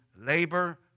labor